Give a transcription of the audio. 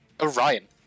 Orion